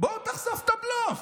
בואו נחשוף את הבלוף.